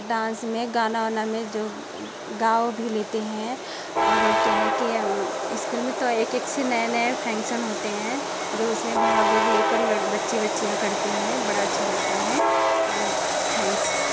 dance में गाना वाना में जो गा भी लेते हैं और क्या है कि स्कूल में तो एक एक से नए नए फंक्शन होते हैं जो उसमें भाग वाग लेकर लड़ बच्चे बच्चियाँ करते हैं बड़ा अच्छा लगता है थैंक्स